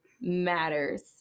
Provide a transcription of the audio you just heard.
matters